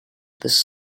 this